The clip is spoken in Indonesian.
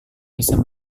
bisa